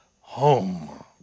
home